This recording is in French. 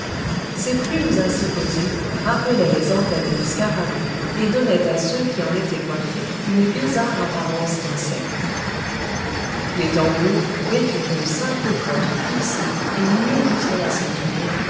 ces plumes ainsi posées rappelaient les antennes des scarabées et donnaient à ceux qui en étaient coiffés une bizarre apparence d'insectes les tambours vêtus d'une simple cotte plissée et nus jusqu'à la ceinture